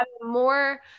more